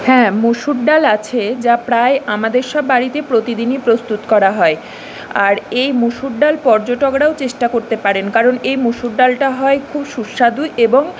হ্যাঁ মুসুর ডাল আছে যা প্রায় আমাদের সব বাড়িতে প্রতিদিনই প্রস্তুত করা হয় আর এই মুসুর ডাল পর্যটকরাও চেষ্টা করতে পারেন কারণ এই মুসুর ডালটা হয় খুব সুস্বাদু এবং